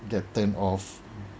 get turn off